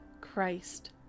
Christ